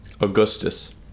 Augustus